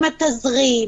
עם התזרים,